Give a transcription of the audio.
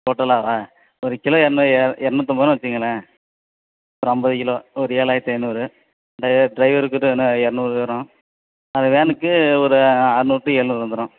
டோட்டலாவாக இப்போ ஒரு கிலோ இரநூ எர இரநூத்தம்பது ரூபான்னு வச்சுக்கங்களேன் ஒரு ஐம்பது கிலோ ஒரு ஏழாயிரத்தி ஐந்நூறு ட்ரைவர் ட்ரைவருக்கு வந்து இரநூறு வரும் அது வேனுக்கு ஒரு அறநூறு டு எழுநூறு வந்துடும்